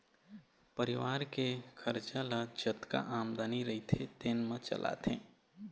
परिवार के खरचा ल जतका आमदनी रहिथे तेने म चलाथे